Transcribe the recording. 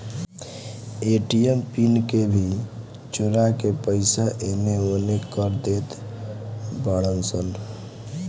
ATM pin के भी चोरा के पईसा एनेओने कर देत बाड़ऽ सन